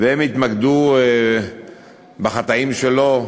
והם התמקדו ב"חטאים" שלו,